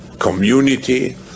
community